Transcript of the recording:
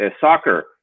soccer